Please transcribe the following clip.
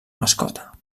mascota